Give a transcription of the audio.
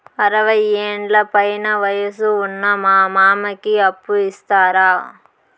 అరవయ్యేండ్ల పైన వయసు ఉన్న మా మామకి అప్పు ఇస్తారా